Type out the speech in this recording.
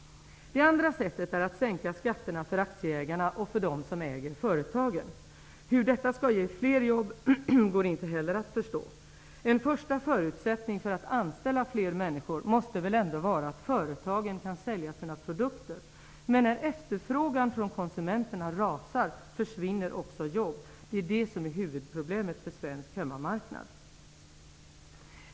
Det andra sättet är att sänka skatterna för aktieägarna och för dem som äger företagen. Hur detta skall ge fler jobb går inte heller att förstå. En första förutsättning för att anställa fler människor måste väl ändå vara att företagen kan sälja sina produkter. Men när efterfrågan från konsumenterna rasar, försvinner också jobb. Det är det som är huvudproblemet för svensk hemmamarknad.